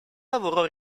lavoro